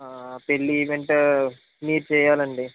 పెళ్ళి ఈవెంట్ మీరు చేయాలండి